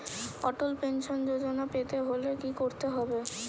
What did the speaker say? অটল Pension Yojana পেতে হলে কি করতে হবে?